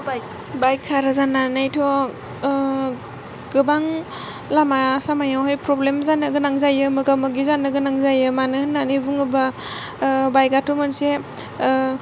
बाइकखार जानानैथ' गोबां लामा सामायाव हाय फ्रब्लेम जानो गोनां जायो मोगा मोगि जानो गोनां जायो मानो होननानै बुङोब्ला बाइक आथ' मोनसे